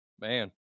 man